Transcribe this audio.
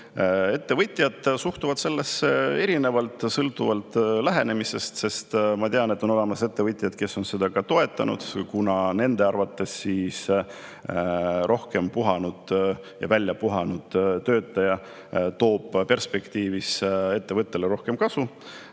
Ettevõtjad suhtuvad sellesse erinevalt, sõltuvalt lähenemisest. Ma tean, et on olemas ettevõtjaid, kes on seda toetanud, kuna nende arvates toob väljapuhanud töötaja perspektiivis ettevõttele rohkem kasu.